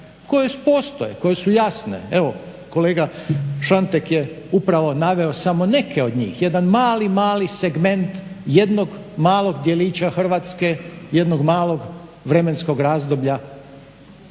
koji postoje koje su jasne. Evo kolega Šantek je upravo naveo samo neke od njih, jedan mali, mali segment jednog malog djelića Hrvatske, jednog malog vremenskog razdoblja iz te